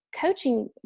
coaching